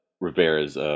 Rivera's